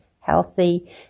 healthy